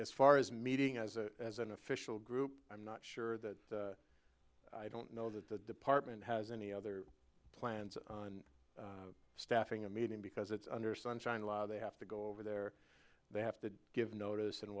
as far as meeting as a as an official group i'm not sure that i don't know that the department has any other plans of staffing a meeting because it's under sunshine law they have to go over there they have to give notice and